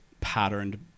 patterned